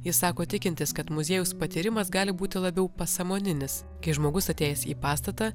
jis sako tikintis kad muziejaus patyrimas gali būti labiau pasąmoninis kai žmogus atėjęs į pastatą